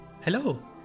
Hello